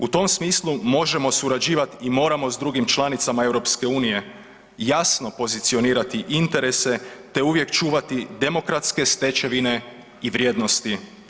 U tom smislu možemo surađivati i moramo s drugim članicama EU, jasno pozicionirati interese, uvijek čuvati demokratske stečevine i vrijednosti.